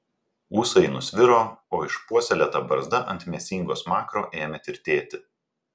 ūsai nusviro o išpuoselėta barzda ant mėsingo smakro ėmė tirtėti